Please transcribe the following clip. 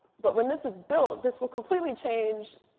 but when this is built, this will completely change